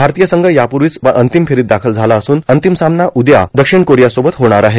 भारतीय संघ यापूर्वाच अंततम फेरोत दाखल झाला असून अंततम सामना उदया दक्षिण कोोरया सोबत होणार आहे